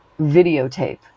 videotape